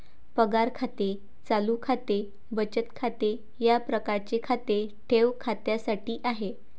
पगार खाते चालू खाते बचत खाते या प्रकारचे खाते ठेव खात्यासाठी आहे